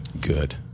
Good